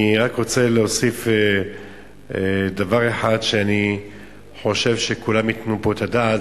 אני רק רוצה להוסיף דבר שאני חושב שכולם ייתנו פה עליו את הדעת,